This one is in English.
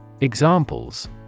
Examples